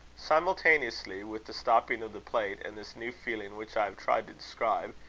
simultaneously with the stopping of the plate, and this new feeling which i have tried to describe,